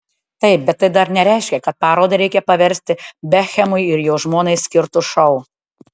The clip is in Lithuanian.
taip bet tai dar nereiškia kad parodą reikia paversti bekhemui ir jo žmonai skirtu šou